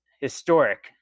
historic